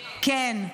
כן.